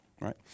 right